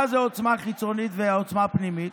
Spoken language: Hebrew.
מה זה עוצמה חיצונית ועוצמה פנימית?